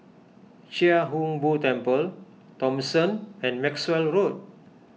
Chia Hung Boo Temple Thomson and Maxwell Road